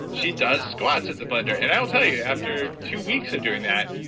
she does squats at the blender. and i will tell you after two weeks of doing that,